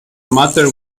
matter